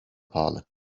pahalı